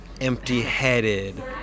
empty-headed